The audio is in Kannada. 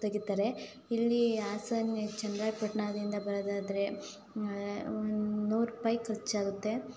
ತೆಗಿತಾರೆ ಇಲ್ಲಿ ಹಾಸನ ಚೆನ್ನರಾಯಪಟ್ಣದಿಂದ ಬರೋದಾದರೆ ನೂರು ರೂಪಾಯಿ ಖರ್ಚಾಗುತ್ತೆ